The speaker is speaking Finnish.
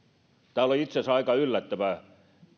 on itse asiassa aika yllättävää